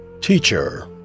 Teacher